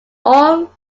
all